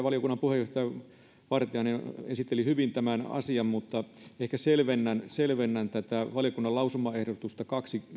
valiokunnan puheenjohtaja vartiainen esitteli hyvin tämän asian mutta ehkä selvennän selvennän tätä valiokunnan lausumaehdotusta